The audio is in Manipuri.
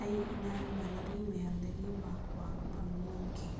ꯑꯩꯅ ꯏꯃꯥꯟꯅꯕꯤ ꯃꯌꯥꯝꯗꯒꯤ ꯃꯥꯔꯛ ꯌꯥꯡꯅ ꯐꯪꯕ ꯉꯝꯈꯤ